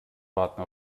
warten